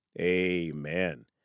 amen